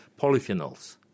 polyphenols